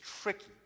tricky